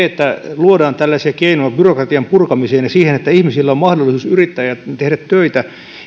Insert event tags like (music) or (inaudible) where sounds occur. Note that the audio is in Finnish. (unintelligible) että luodaan tällaisia keinoja byrokratian purkamiseen ja siihen että ihmisillä on mahdollisuus yrittää ja tehdä töitä